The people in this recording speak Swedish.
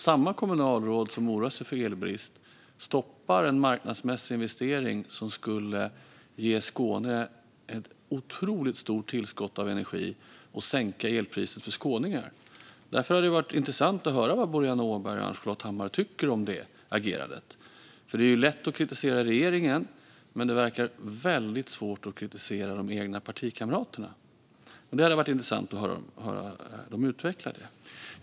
Samma kommunalråd som oroar sig över elbrist stoppar en marknadsmässig investering som skulle ge Skåne ett otroligt stort tillskott av energi och sänka elpriset för skåningarna. Det hade därför varit intressant att höra vad Ann-Charlotte Hammar Johnsson och Boriana Åberg tycker om detta agerande. Det är lätt att kritisera regeringen, men det verkar vara väldigt svårt att kritisera de egna partikamraterna. Det hade som sagt varit intressant att höra dem utveckla det här.